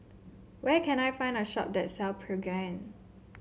where can I find a shop that sell Pregain